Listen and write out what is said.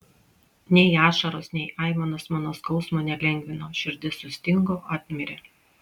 nei ašaros nei aimanos mano skausmo nelengvino širdis sustingo apmirė